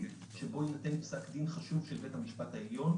שבו יינתן פסק דין חשוב של בית המשפט העליון,